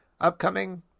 upcoming